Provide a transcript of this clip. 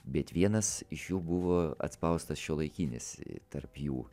bet vienas iš jų buvo atspaustas šiuolaikinis tarp jų